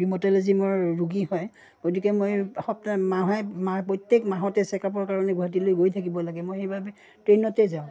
ৰিমটলজিমৰ ৰোগী হয় গতিকে মই সপ্তাহ মাহে প্ৰত্যেক মাহতে চেকআপৰ কাৰণে গুৱাহাটীলৈ গৈ থাকিব লাগে মই সেইবাবে ট্ৰেইনতে যাওঁ